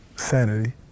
Sanity